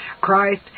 Christ